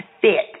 fit